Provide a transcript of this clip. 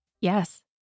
yes